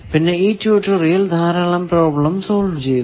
പിന്നെ ഈ ട്യൂട്ടോറിയലിൽ ധാരാളം പ്രോബ്ലം സോൾവ് ചെയ്തു